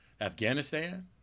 Afghanistan